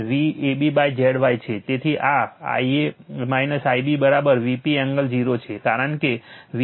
તેથી આ a Ib Vp angle 0 છે